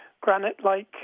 granite-like